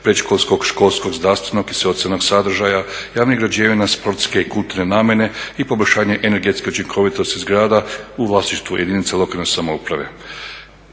predškolskog, školskog, zdravstvenog i socijalnog sadržaja, javnih građevina sportske i kulturne namjene i poboljšanje energetske učinkovitosti zgrada u vlasništvu jedinica lokalne samouprave.